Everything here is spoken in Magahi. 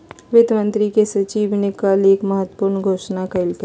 वित्त मंत्री के सचिव ने कल एक महत्वपूर्ण घोषणा कइलय